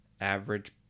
average